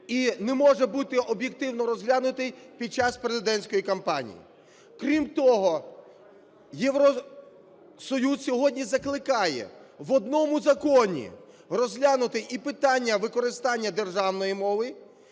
і не може бути об'єктивно розглянутим під час президентської кампанії. Крім того, Євросоюз сьогодні закликає в одному законі розглянути і питання використання державної мови,